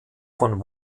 von